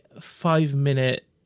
five-minute